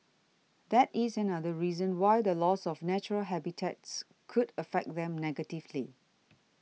that is another reason why the loss of natural habitats could affect them negatively